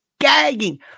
gagging